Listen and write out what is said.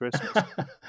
Christmas